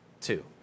two